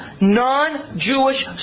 non-Jewish